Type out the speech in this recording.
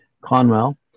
Conwell